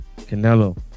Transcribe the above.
Canelo